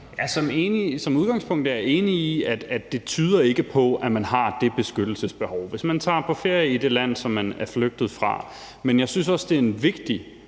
Som udgangspunkt er jeg enig i, at det ikke tyder på, at man har det beskyttelsesbehov, hvis man tager på ferie i det land, som man er flygtet fra. Men jeg synes også, det er vigtigt